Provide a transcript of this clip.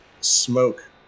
smoke